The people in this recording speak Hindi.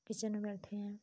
किचन बैठे हैं